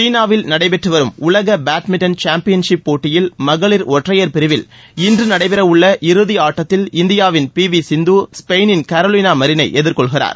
சீனாவில் நடைபெற்று வரும் உலக பேட்மின்டன் சாம்பியன்ஷிப் போட்டியில் மகளிர் ஒற்றையர் பிரிவில் இன்று நடைபெறவுள்ள இறுதி ஆட்டத்தில் இந்தியாவின் பி வி சிந்து ஸ்பெயினின் கரோலினா மரினை எதிர்கொள்கிறார்